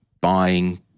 buying